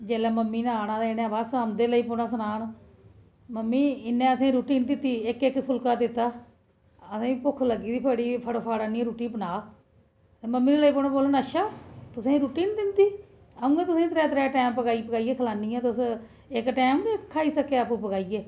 जेल्लै मम्मी ने आना ते इ'नें बस औंदे गै लेई पौना सनान मम्मी इ'न्नै असें गी रुट्टी नेईं दित्ती इक इक फुलका दित्ता असें गी भुक्ख लग्गी दी बड़ी जल्दी आह्नी रुट्टी बना ते मम्मी ने लेई पौना बोल्नन अच्छा तुसें रुट्टी नेईं दिदीं अ'ऊं तुसें गै त्रै त्रै टैमं पकाई ऐ खलानी हां तुस इक टैंम बी नेई खाई सके आपू बनाइयै